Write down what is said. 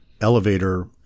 elevator